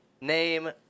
Name